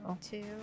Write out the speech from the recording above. Two